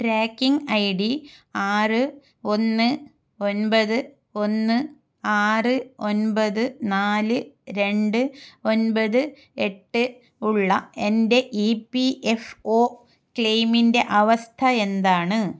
tracking I D ആറ് ഒന്ന് ഒൻപത് ഒന്ന് ആറ് ഒൻപത് നാല് രണ്ട് ഒൻപത് എട്ട് ഉള്ള എൻ്റെ ഇ പി എഫ് ഒ ക്ലെയിമിൻ്റെ അവസ്ഥ എന്താണ്